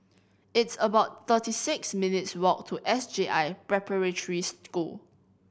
it's about thirty six minutes' walk to S J I Preparatory School